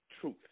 truth